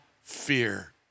fear